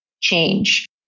change